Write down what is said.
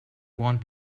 want